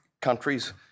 countries